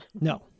No